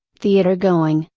theater going,